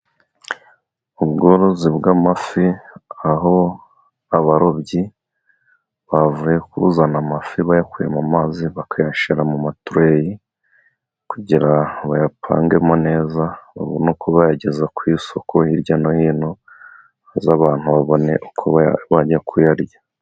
Ubworozi bw'amafi, aho abarobyi bavuye kuzana amafi bayakuye mu mazi, bakayashyira mu matureyi kugira bayapangemo neza, babone uko bayageza ku isoko hirya no hino, maze abantu babone uko bajya kuyarya.